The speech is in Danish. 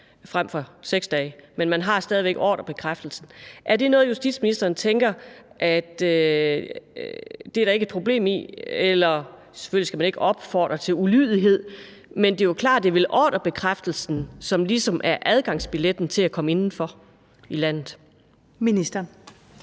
frem for 6 dage. Men man har stadig ordrebekræftelsen. Er det noget, justitsministeren tænker der ikke er noget problem i? Selvfølgelig skal man ikke opfordre til ulydighed, men det er jo klart, at det vel er ordrebekræftelsen, som ligesom er adgangsbilletten til at komme ind i landet. Kl.